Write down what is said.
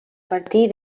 partir